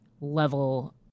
level